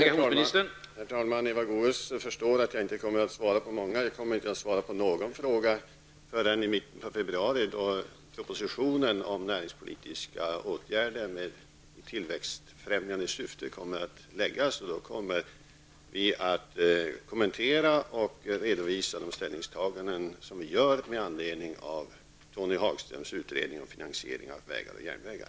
Herr talman! Eva Goe s sade att hon inser att jag inte kommer att svara på alla hennes frågor. Jag kommer inte att svara på någon av dem förrän i mitten av februari, när propositionen om näringspolitiska åtgärder med tillväxtfrämjande syfte kommer att framläggas. Då skall vi kommentera och redovisa de ställningstaganden som vi gör med anledning av Tony Hagströms utredning om finansiering av vägar och järnvägar.